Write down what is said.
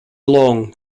long